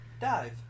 dive